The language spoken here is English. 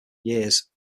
years